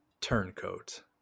turncoat